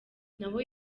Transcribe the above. nawe